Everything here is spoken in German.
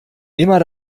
immer